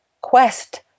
quest